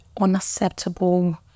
unacceptable